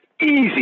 Easy